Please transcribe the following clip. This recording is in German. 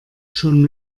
schon